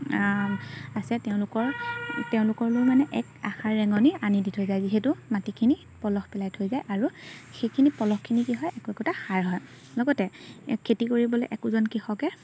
আছে তেওঁলোকৰ তেওঁলোকলৈ মানে এক আশাৰ ৰেঙনি আনি দি থৈ যায় যিহেতু মাটিখিনি পলস পেলাই থৈ যায় আৰু সেইখিনি পলসখিনি কি হয় একো একোটা সাৰ হয় লগতে খেতি কৰিবলৈ একোজন কৃষকে